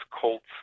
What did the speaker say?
colts